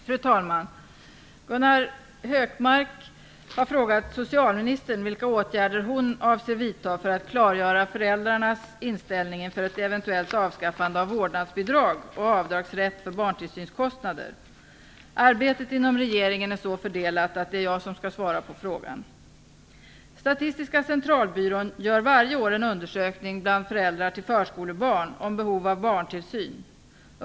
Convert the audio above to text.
Fru talman! Gunnar Hökmark har frågat socialministern vilka åtgärder hon avser vidta för att klargöra föräldrarnas inställning inför ett eventuellt avskaffande av vårdnadsbidraget och avdragsrätten för barntillsynskostnader. Arbetet inom regeringen är så fördelat att det är jag som skall svara på frågan. Statistiska Centralbyrån gör varje år en undersökning bland föräldrar till förskolebarn om behov av barntillsyn.